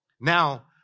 Now